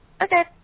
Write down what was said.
Okay